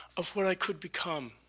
of where i could become